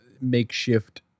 makeshift